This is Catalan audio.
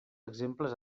exemples